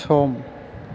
सम